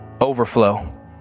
Overflow